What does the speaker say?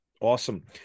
Awesome